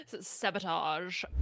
sabotage